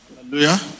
Hallelujah